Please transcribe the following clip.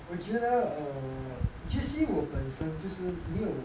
我觉得 err J_C 我本身就是没有